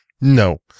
no